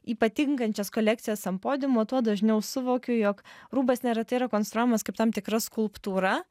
į patinkančias kolekcijas ant podiumo tuo dažniau suvokiu jog rūbas nėra tai yra konstruojamas kaip tam tikra skulptūra